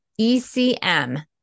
ECM